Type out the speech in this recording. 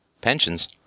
pensions